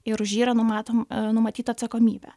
ir už jį yra numatom numatyta atsakomybė